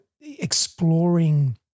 exploring